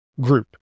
group